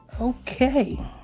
Okay